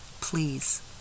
please